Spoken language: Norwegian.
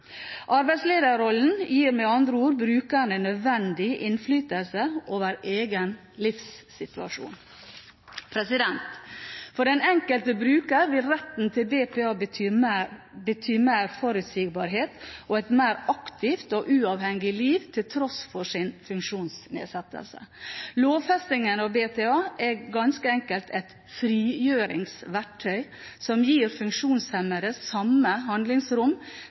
Arbeidslederrollen gir med andre ord brukerne nødvendig innflytelse over egen livssituasjon. For den enkelte bruker vil retten til BPA bety mer forutsigbarhet og et mer aktivt og uavhengig liv, til tross for sin funksjonsnedsettelse. Lovfestingen av BPA er ganske enkelt et «frigjøringsverktøy» som gir funksjonshemmede samme handlingsrom